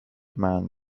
man